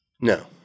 No